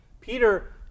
Peter